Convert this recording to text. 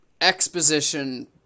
exposition